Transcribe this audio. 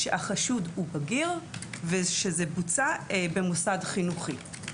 שהחשוד הוא בגיר ושזה בוצע במוסד חינוכי.